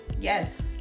Yes